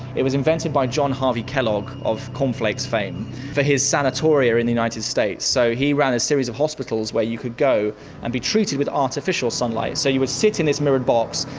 it was invented by john harvey kellogg of cornflakes fame for his sanatoria in the united states. so he ran a series of hospitals where you could go and be treated with artificial sunlight. so you would sit in this mirrored box,